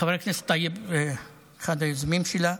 חבר הכנסת טייב הוא אחד היוזמים שלה.